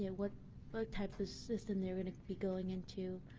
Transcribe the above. yeah what but type of system they are going to be going into,